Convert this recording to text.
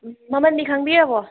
ꯃꯃꯜꯗꯤ ꯈꯪꯕꯤꯔꯕꯣ